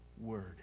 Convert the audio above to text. word